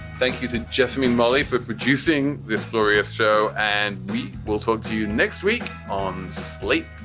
thank you to just me and molly for producing this glorious show. and we will talk to you next week on slate.